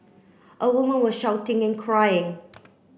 a woman were shouting and crying